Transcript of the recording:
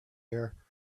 air